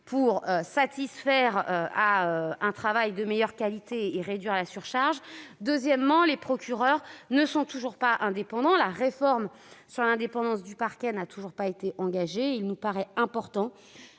pour effectuer un travail de qualité et réduire la surcharge. Deuxièmement, les procureurs ne sont toujours pas indépendants, la réforme de l'indépendance du parquet n'ayant toujours pas été engagée. Il nous paraît important